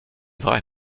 vrai